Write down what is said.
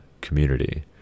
community